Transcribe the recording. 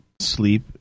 sleep